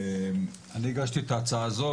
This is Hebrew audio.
אני הגשתי את ההצעה זאת,